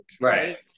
right